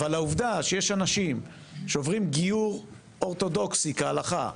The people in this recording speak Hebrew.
אבל העובדה שיש אנשים שעוברים גיור אורתודוקסי כהלכה,